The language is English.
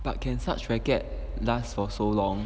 but can such racket last for so long